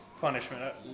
punishment